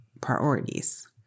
priorities